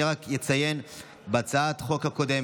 אני רק אציין לגבי הצעת החוק הקודמת,